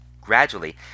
Gradually